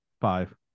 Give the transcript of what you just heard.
Five